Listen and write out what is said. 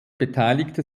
beteiligte